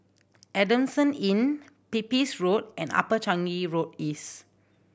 Adamson Inn Pepys Road and Upper Changi Road East